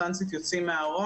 עודד.